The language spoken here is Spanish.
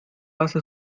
hace